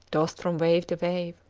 tossed from wave to wave,